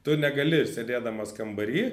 tu negali sėdėdamas kambary